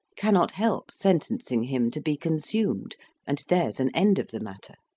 cannot help sentencing him to be consumed and there's an end of the matter.